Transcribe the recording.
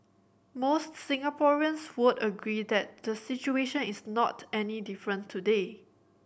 most Singaporeans would agree that the situation is not any different today